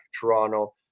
Toronto